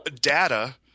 data